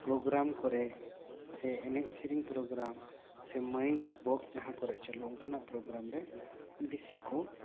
programme ᱠᱚᱨᱮ ᱥᱮ ᱮᱱᱮᱡ ᱥᱮᱨᱮᱧ ᱯᱨᱚᱜᱽᱜᱨᱟᱢ ᱥᱮ ᱢᱟᱭᱤᱠ ᱵᱚᱠᱥ ᱡᱟᱦᱟᱸ ᱠᱚᱨᱮ ᱪᱟᱹᱞᱩ ᱚᱱᱠᱟᱱᱟᱜ ᱯᱨᱚᱜᱽᱜᱨᱟᱢ ᱠᱚᱨᱮ ᱵᱮᱥᱤ ᱠᱚ